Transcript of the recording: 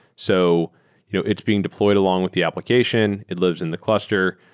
so you know it's being deployed along with the application. it lives in the cluster.